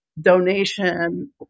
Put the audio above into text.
donation